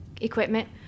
equipment